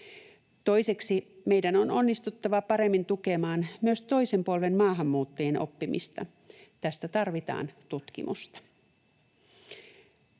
Toiseksi meidän on onnistuttava paremmin tukemaan myös toisen polven maahanmuuttajien oppimista. Tästä tarvitaan tutkimusta.